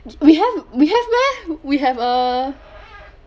we have we have meh we have uh